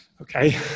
Okay